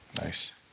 Nice